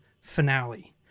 finale